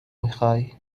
میخوای